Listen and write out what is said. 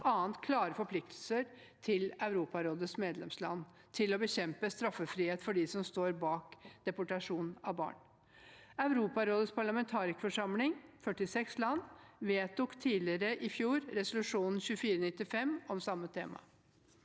bl.a. klare forpliktelser for Europarådets medlemsland til å bekjempe straffrihet for dem som står bak deportasjon av barn. Europarådets parlamentarikerforsamling – 46 land – vedtok tidligere i fjor resolusjon 2495 om samme tema.